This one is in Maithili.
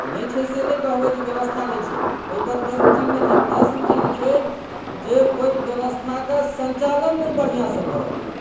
नहि छै से नहि कहबै जे व्यवस्था नहि छै ओहिपर प्रश्न चिन्ह नहि छै प्रश्न चिन्ह छै जे ओहि व्यवस्थाके सञ्चालन नहि बढ़िआँसँ भऽ रहलैए